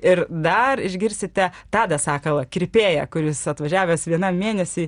ir dar išgirsite tadą sakalą kirpėją kuris atvažiavęs vienam mėnesiui